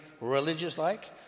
religious-like